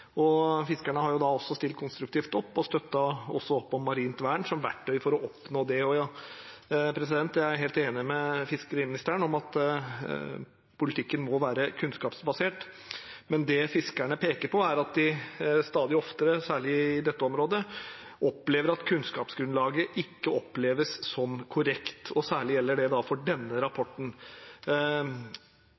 Fiskerne har også stilt konstruktivt opp og støttet opp om marint vern som verktøy for å oppnå det. Jeg er helt enig med fiskeriministeren i at politikken må være kunnskapsbasert, men det fiskerne peker på, er at de stadig oftere, særlig i dette området, opplever at kunnskapsgrunnlaget ikke er korrekt, og særlig gjelder det for denne rapporten.